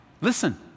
Listen